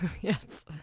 yes